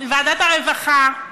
ועדת הרווחה,